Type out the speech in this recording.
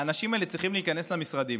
האנשים האלה צריכים להיכנס למשרדים,